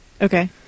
Okay